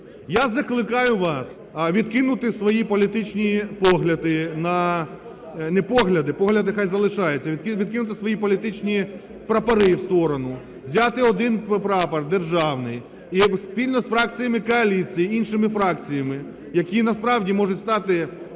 блоку", відкинути свої політичні погляди на… не погляди, погляди хай залишаються, відкинути свої політичні прапори в сторону, взяти один прапор державний і спільно з фракціями коаліції і іншими фракціями, які, насправді, можуть стати